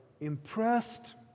impressed